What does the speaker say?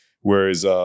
whereas